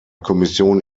kommission